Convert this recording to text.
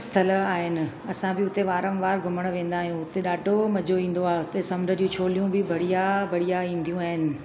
स्थल आहिनि असां बि उते वारंवारु घुमणु विया आहियूं उते ॾाढो मज़ो ईंदो आहे उते सामूंडी छोलियूं बि बढ़िया बढ़िया ईंदियूं आहिनि